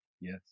Yes